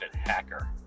Hacker